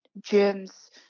germs